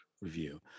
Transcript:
review